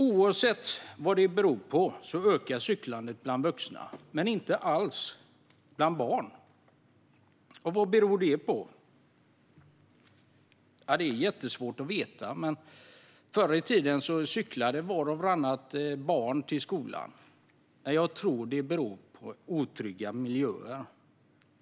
Oavsett vad det beror på ökar cyklandet bland vuxna, men inte alls bland barn. Vad beror det på? Det är jättesvårt att veta. Men förr i tiden cyklade vart och vartannat barn till skolan. Jag tror att det beror på otrygga miljöer.